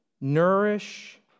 nourish